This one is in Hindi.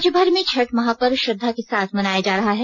राज्य भर में छठ महापर्व श्रद्धा के साथ मनाया जा रहा है